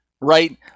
right